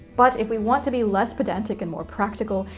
but if we want to be less pedantic and more practical,